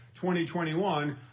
2021